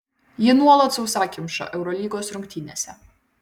ji nuolat sausakimša eurolygos rungtynėse